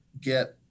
get